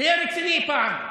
תהיה רציני פעם.